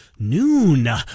Noon